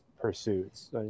pursuits